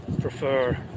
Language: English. prefer